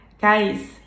Guys